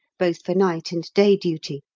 both for night and day duty,